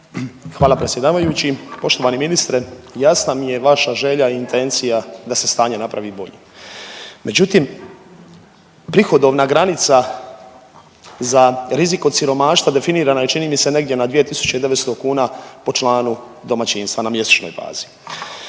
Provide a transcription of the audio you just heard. Hvala predsjedavajući. Poštovani ministre jasna mi je vaša želja i intencija da se stanje napravi bolje. Međutim prihodovna granica za rizik od siromaštva definirana je čini mi se negdje na 2.900 kuna po članu domaćinstva na mjesečnoj bazi.